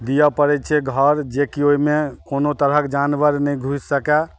दियऽ पड़ै छै घर जेकि ओहिमे कोनो तरहक जानवर नहि घुसि सकए